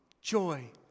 joy